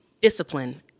Discipline